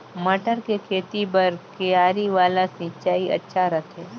मटर के खेती बर क्यारी वाला सिंचाई अच्छा रथे?